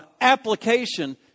application